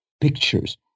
pictures